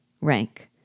Rank